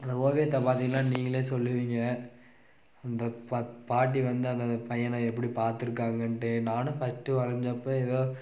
அந்த ஓவியத்தை பார்த்திங்கன்னா நீங்களே சொல்வீங்க அந்த பாட்டி வந்து அந்த பையனை எப்படி பார்த்துருக்காங்கன்ட்டு நானும் ஃபர்ஸ்ட்டு வரைஞ்சப்ப ஏதோ